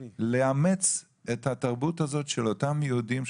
לאמץ את התרבות הזאת של אותם יהודים,